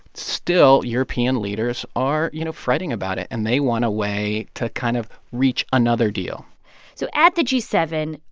still european leaders are, you know, fretting about it, and they want a way to kind of reach another deal so at the g seven,